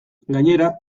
gainera